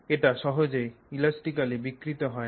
এটা সহজেই ইলাস্টিকালি বিকৃত হয় না